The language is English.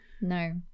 No